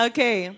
Okay